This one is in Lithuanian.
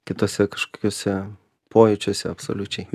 kituose kažkokiuose pojūčiuose absoliučiai